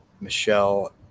michelle